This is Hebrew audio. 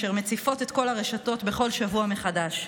אשר מציפות את כל הרשתות בכל שבוע מחדש.